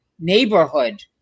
neighborhood